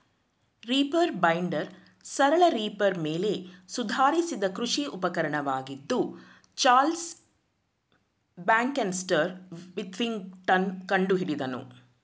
reaper binder ಸರಳ reaper ಮೇಲೆ ಸುಧಾರಿಸಿದ ಕೃಷಿ ಉಪಕರಣವಾಗಿದ್ದು ಚಾರ್ಲ್ಸ್ ಬ್ಯಾಕ್ಸ್ಟರ್ ವಿಥಿಂಗ್ಟನ್ ಕಂಡುಹಿಡಿದನು